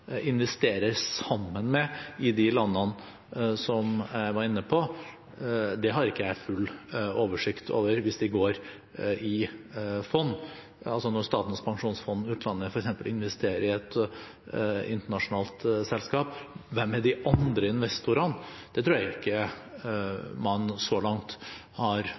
jeg var inne på, har ikke jeg full oversikt over, hvis de går i fond, altså når Statens pensjonsfond utland f.eks. investerer i et internasjonalt selskap, hvem er de andre investorene? Det tror jeg ikke man så langt har